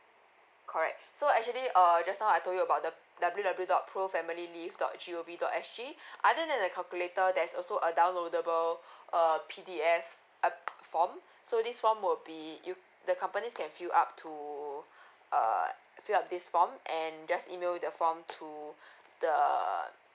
correct so actually uh just now I told you about the W W dot pro family leave dot G O V dot S G other than the calculator there's also a downloadable err P_D_F uh form so this form will be you the companies can fill up to uh fill up this form and just email the form to the